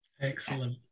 Excellent